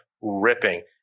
ripping